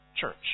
church